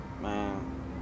Man